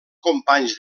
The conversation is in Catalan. companys